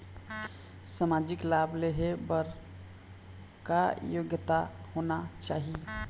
सामाजिक लाभ लेहे बर का योग्यता होना चाही?